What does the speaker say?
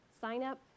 sign-up